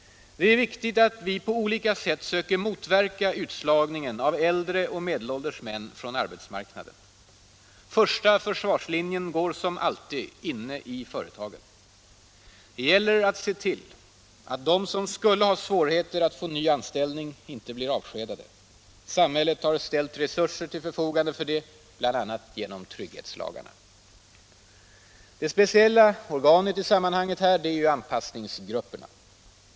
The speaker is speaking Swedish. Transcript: Det är viktigt att vi på olika sätt söker motverka utslagningen av äldre och medelålders män från arbetsmarknaden. Första försvarslinjen går som alltid inne i företagen. Det gäller att se till att de, som skulle ha svårigheter att få ny anställning, inte blir avskedade. Samhället har ställt resurser till förfogande för detta bl.a. genom trygghetslagarna. Det speciella organet i sammanhanget är anpassningsgrupperna.